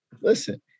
Listen